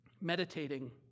meditating